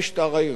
זה המשטר האירני.